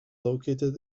located